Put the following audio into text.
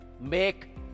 Make